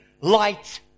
Light